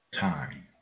time